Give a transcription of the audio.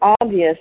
obvious